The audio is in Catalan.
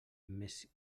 més